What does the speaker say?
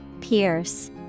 Pierce